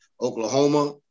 Oklahoma